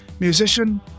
musician